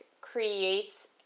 creates